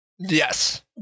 Yes